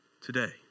today